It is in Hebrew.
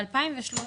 ב-2013,